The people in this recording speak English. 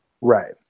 Right